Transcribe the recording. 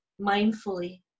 mindfully